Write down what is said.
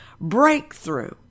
Breakthrough